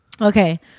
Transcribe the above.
Okay